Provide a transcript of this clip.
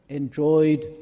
enjoyed